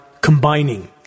combining